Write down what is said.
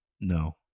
No